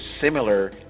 similar